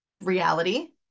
reality